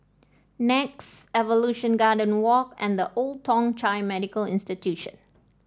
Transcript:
Nex Evolution Garden Walk and The Old Thong Chai Medical Institution